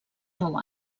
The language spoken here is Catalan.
nou